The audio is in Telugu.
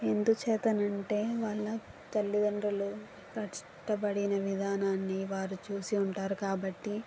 ఎందుచేతనా అంటే వాళ్ళ తల్లిదండ్రులు కష్టపడిన విధానాన్ని వారు చూసి ఉంటారు కాబట్టి